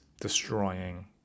destroying